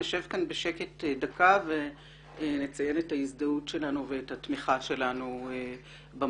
נשב בשקט דקה ונציין את ההזדהות שלו ואת תמיכתנו במאבק